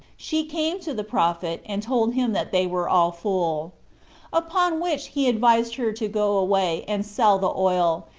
she came to the prophet, and told him that they were all full upon which he advised her to go away, and sell the oil,